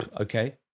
okay